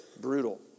brutal